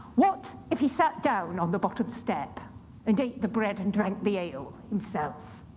what if he sat down on the bottom step and ate the bread and drank the ale himself?